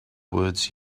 words